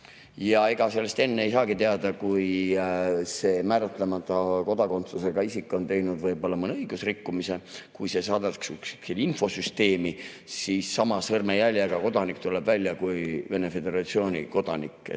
Ega sellest enne ei saagi teada, kui see määratlemata kodakondsusega isik on pannud toime võib-olla mõne õigusrikkumise. Kui see [teave jõuab] infosüsteemi, siis sama sõrmejäljega kodanik tuleb välja kui Vene föderatsiooni kodanik.